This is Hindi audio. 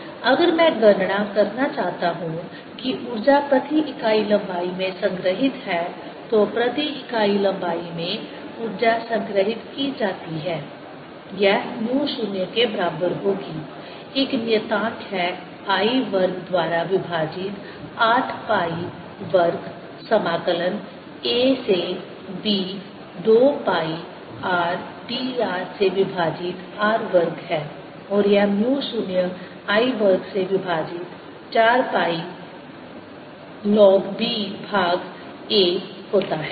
B0I2πr Energy density12002I242r20I282r2 अगर मैं गणना करना चाहता हूं कि ऊर्जा प्रति इकाई लंबाई में संग्रहित है तो प्रति इकाई लंबाई में ऊर्जा संग्रहीत की जाती है यह म्यू 0 के बराबर होगी एक नियतांक है I वर्ग द्वारा विभाजित 8 पाई वर्ग समाकलन a से b 2 पाई r dr से विभाजित r वर्ग है और यह म्यू 0 I वर्ग से विभाजित 4 पाई ln b भाग a होता है